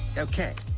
okay,